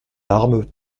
larmes